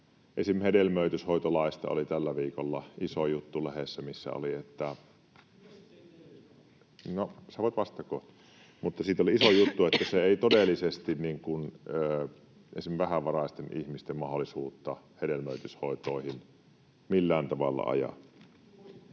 esim. hedelmöityshoitolaista oli tällä viikolla iso juttu lehdessä, missä oli, että... [Mauri Peltokangas: Mitäs te teitte edelliskaudella?] — No, voit vastata kohta. — Mutta siitä oli iso juttu, että se ei todellisesti esimerkiksi vähävaraisten ihmisten mahdollisuutta hedelmöityshoitoihin millään tavalla aja.